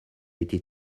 été